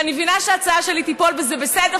ואני מבינה שההצעה שלי תיפול וזה בסדר,